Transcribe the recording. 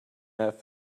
that